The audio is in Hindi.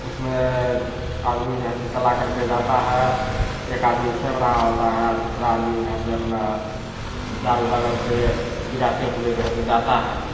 उसमें आदमी जो है से चला कर के जाता है एक आदमी खेव रहा होता है दूसरा आदमी जे है से अपना जाल बगल से गिराते हुए जे है से जाता है